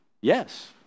Yes